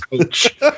coach